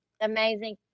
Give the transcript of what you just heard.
amazing